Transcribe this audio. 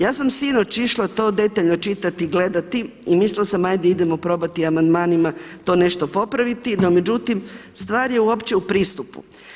Ja sam sinoć išla to detaljno čitati i gledati i mislila sam ajde idemo probati amandmanima to nešto popraviti no međutim stvar je uopće u pristupu.